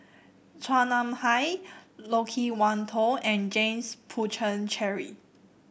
Chua Nam Hai Loke Wan Tho and James Puthucheary